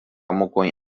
mokõi